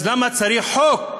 אז למה צריך חוק?